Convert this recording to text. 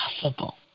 possible